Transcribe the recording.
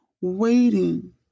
waiting